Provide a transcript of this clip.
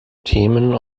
themen